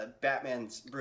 Batman's